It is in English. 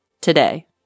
today